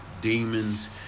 demons